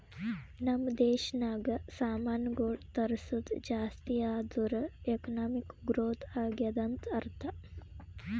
ನಮ್ ದೇಶನಾಗ್ ಸಾಮಾನ್ಗೊಳ್ ತರ್ಸದ್ ಜಾಸ್ತಿ ಆದೂರ್ ಎಕಾನಮಿಕ್ ಗ್ರೋಥ್ ಆಗ್ಯಾದ್ ಅಂತ್ ಅರ್ಥಾ